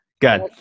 Good